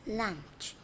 lunch